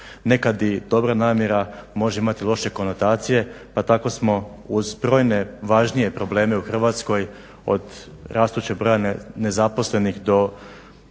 Nekad i dobra namjera može imati loše konotacije pa tako smo uz brojne važnije probleme u Hrvatskoj od rastućeg broja nezaposlenih do